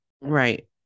Right